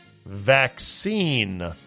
vaccine